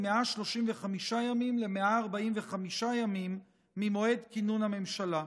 מ-135 ימים ל-145 ימים ממועד כינון הממשלה.